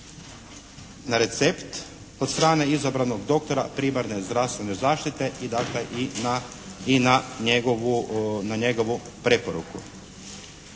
na recept od strane izabranog doktora primarne zdravstvene zaštite dakle i na njegovu preporuku.